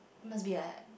must be